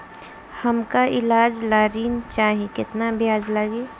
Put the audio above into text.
हमका ईलाज ला ऋण चाही केतना ब्याज लागी?